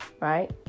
right